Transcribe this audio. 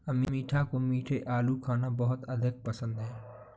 अमीषा को मीठे आलू खाना बहुत अधिक पसंद है